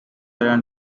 and